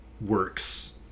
works